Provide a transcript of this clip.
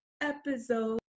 episode